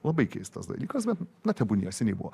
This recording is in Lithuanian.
labai keistas dalykas bet na tebūnie seniai buvo